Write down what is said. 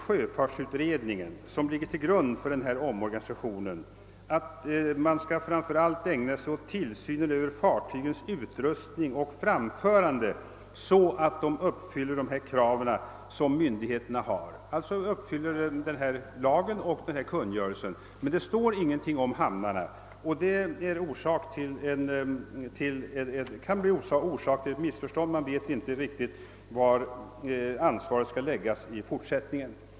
Sjöfartsutredningen som ligger till grund för omorganisationen framhåller att man framför allt skall ägna sig åt tillsynen över fartygens utrustning och framförande så att de uppfyller myndigheternas krav, d. v. s. står i överensstämmelse med lagen och kungörelsen. Men det står ingenting om hamnarna och detta kan orsaka missförstånd eftersom man inte riktigt vet var ansvaret skall läggas i fortsättningen.